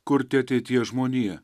kurti ateities žmoniją